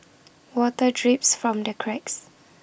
water drips from the cracks